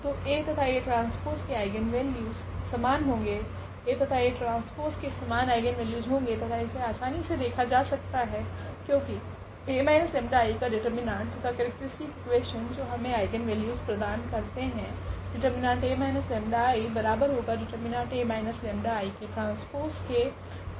तो A तथा AT के आइगनवेल्यूस समान होगे A तथा AT के समान आइगनवेल्यूस होगे तथा इसे आसानी से देखा जा सकता है क्योकि A 𝜆I का डिटर्मिनेंट अर्थात केरेक्ट्रीस्टिक इकुवेशन जो हमे आइगनवेल्यूस प्रदान करता है